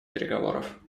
переговоров